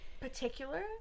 Particular